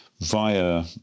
via